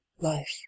life